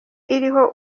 iriho